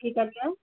की कहलियै